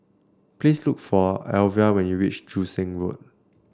please look for Alvia when you reach Joo Seng Road